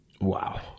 Wow